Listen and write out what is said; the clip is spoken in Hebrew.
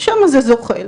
ושם זה זוחל.